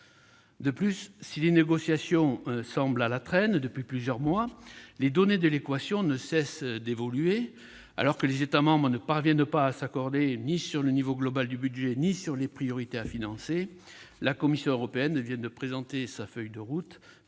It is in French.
De plus, si les négociations semblent traîner depuis plusieurs mois, les données de l'équation ne cessent d'évoluer. Alors que les États membres ne parviennent à s'accorder ni sur le niveau global du budget ni sur les priorités à financer, la Commission européenne vient de présenter sa feuille de route